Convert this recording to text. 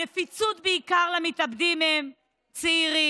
הנפיצות של התאבדות היא בעיקר אצל צעירים,